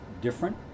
different